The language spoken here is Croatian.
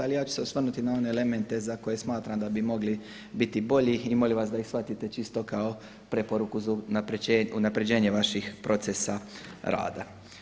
Ali ja ću se osvrnuti na one elemente za koje smatram da bi mogli biti bolji i molim vas da ih shvatite čisto kao preporuku za unapređenje vaših procesa rada.